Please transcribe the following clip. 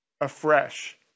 afresh